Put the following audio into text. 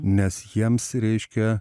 nes jiems reiškia